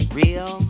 real